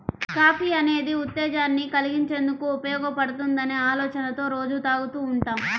coffee అనేది ఉత్తేజాన్ని కల్గించేందుకు ఉపయోగపడుతుందనే ఆలోచనతో రోజూ తాగుతూ ఉంటాం